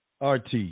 RT